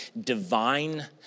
divine